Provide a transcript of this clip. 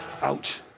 Ouch